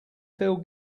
feel